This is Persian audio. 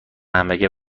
همبرگر